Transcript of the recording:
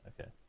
okay